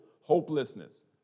hopelessness